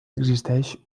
existeix